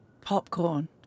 Popcorn